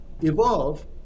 evolve